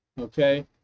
okay